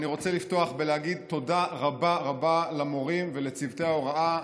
אני רוצה לפתוח ולהגיד תודה רבה רבה למורים ולצוותי ההוראה.